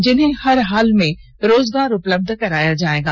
जिन्हें हर हाल में रोजगार उपलब्ध कराया जायेगा